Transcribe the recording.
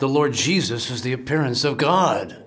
the lord jesus has the appearance of god